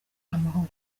amahoro